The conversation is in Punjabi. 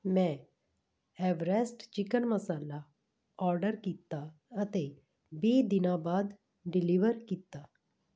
ਮੈਂ ਐਵਰੈਸਟ ਚਿਕਨ ਮਸਾਲਾ ਆਰਡਰ ਕੀਤਾ ਅਤੇ ਵੀਹ ਦਿਨਾਂ ਬਾਅਦ ਡਿਲੀਵਰ ਕੀਤਾ